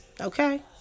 Okay